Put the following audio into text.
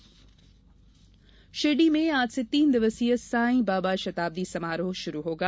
शिरडी समारोह शिरडी में आज से तीन दिवसीय साई बाबा शताब्दी समारोह शुरू होगा